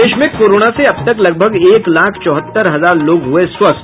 प्रदेश में कोरोना से अब तक लगभग एक लाख चौहत्तर हजार लोग हुये स्वस्थ